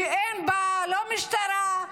שאין בה לא משטרה,